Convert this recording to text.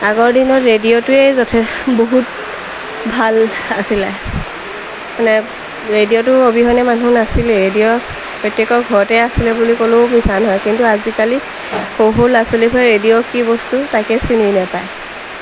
আগৰ দিনত ৰেডিঅ'টোৱে যথে বহুত ভাল আছিলে মানে ৰেডিঅ'টো অবিহনে মানুহ নাছিলে ৰেডিঅ' প্ৰত্যেকৰ ঘৰতে আছিলে বুলি ক'লেও মিছা নহয় কিন্তু আজিকালি সৰু সৰু ল'ৰা ছোৱালীবোৰে ৰেডিঅ'ৰ কি বস্তু তাকে চিনি নাপায়